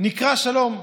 נקרא "שלום".